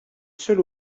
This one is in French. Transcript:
seul